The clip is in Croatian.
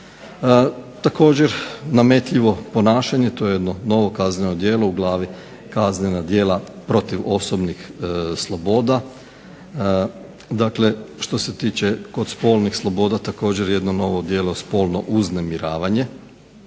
Također, nametljivo ponašanje to je jedno novo kazneno djelo u glavi – Kaznena djela protiv osobnih sloboda. Dakle, što se tiče kod spolnih sloboda također jedno novo djelo – Spolno uznemiravanje